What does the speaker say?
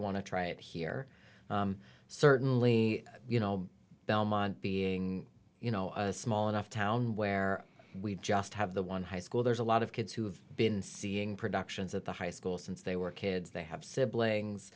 want to try it here certainly you know belmont being you know a small enough town where we just have the one high school there's a lot of kids who've been seeing productions of the high school since they were kids they have siblings